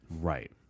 Right